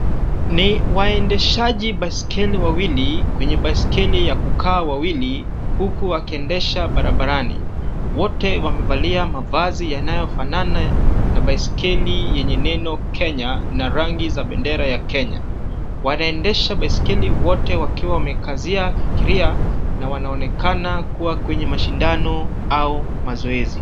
Ni waendeshaji baiskeli, kwenye baiskeli ya kukaa wawili, huku wakiendesha barabarani, wote wamevalia mavazi yanayofanana na baiskeli yenye neno Kenya na rangi za bendera ya Kenya, wanaendesha baiskeli wote wakiwa wamekazia kilia na wanaonekana kuwa kwenye mashindano au mazoezi.